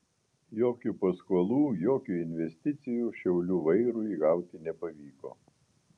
jokių paskolų jokių investicijų šiaulių vairui gauti nepavyko